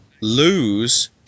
lose